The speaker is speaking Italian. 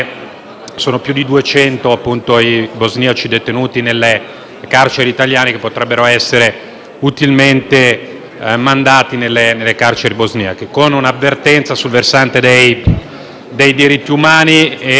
sono più di 200 i bosniaci detenuti nelle carceri italiane che potrebbero essere utilmente mandati nelle carceri bosniache, con un'avvertenza sul versante dei diritti umani